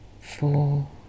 Four